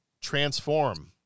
transform